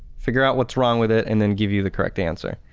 figure out what's wrong with it and then give you the correct answer.